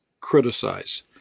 criticize